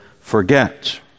forget